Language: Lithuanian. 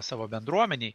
savo bendruomenėj